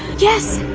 yes.